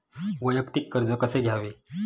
वैयक्तिक कर्ज कसे घ्यावे?